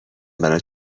برات